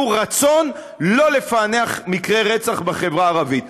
רצון שלא לפענח מקרי רצח בחברה הערבית,